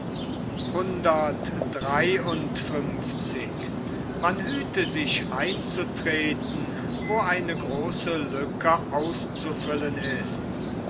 verdunkle eine große lücke auszufüllen ist